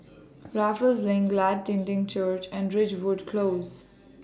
Raffles LINK Glad Tidings Church and Ridgewood Close